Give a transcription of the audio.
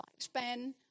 lifespan